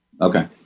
Okay